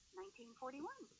1941